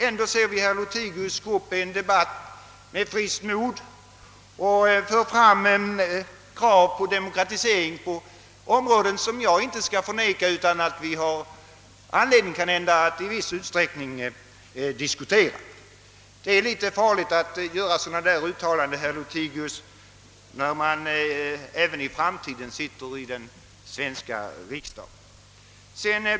Ändå ser vi herr Lothigius med friskt mod gå upp i en debatt och föra fram krav på demokratisering på områden som — det skall jag inte förneka — vi kan ha anledning att diskutera, Det är litet farligt att göra sådana uttalanden, herr Lothigius, när man även i fortsättningen sitter i den svenska riksdagen.